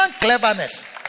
cleverness